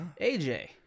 AJ